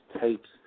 tapes